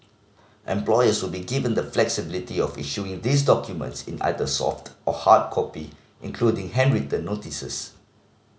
employers will be given the flexibility of issuing these documents in either soft or hard copy including handwritten notices